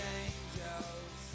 angels